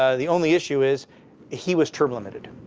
ah the only issue is he was term limited.